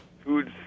Foods